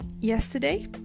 yesterday